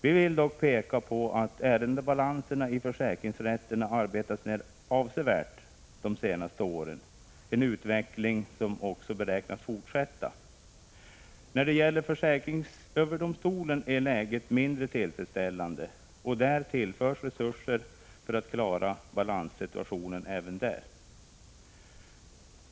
Vi vill dock peka på att ärendebalanserna i försäkringsrätterna har arbetats ned avsevärt de senaste åren, en utveckling som också beräknas fortsätta. När det gäller försäkringsöverdomstolen är läget mindre tillfredsställande, och där tillförs resurser för att klara balanssituationen.